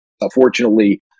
Unfortunately